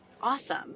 awesome